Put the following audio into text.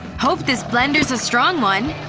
hope this blender's a strong one!